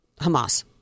Hamas